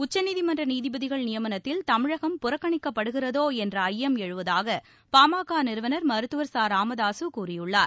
உச்சநீதிமன்ற நீதிபதிகள் நியமனத்தில் தமிழகம் புறக்ககணிக்கப் படுகிறதோ என்ற ஐயம் எழுவதாக பாமக நிறுவன் மருத்துவர் ச ராமதாசு கூறியுள்ளார்